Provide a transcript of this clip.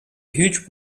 huge